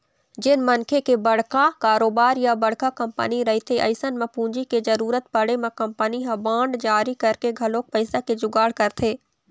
जेन मनखे के बड़का कारोबार या बड़का कंपनी रहिथे अइसन म पूंजी के जरुरत पड़े म कंपनी ह बांड जारी करके घलोक पइसा के जुगाड़ करथे